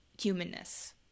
humanness